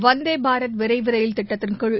வந்தேபாரத் விரைவு ரயில் திட்டத்தின்கீழ்